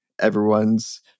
everyone's